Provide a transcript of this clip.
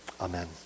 Amen